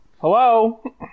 Hello